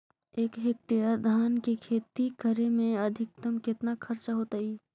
एक हेक्टेयर धान के खेती करे में अधिकतम केतना खर्चा होतइ?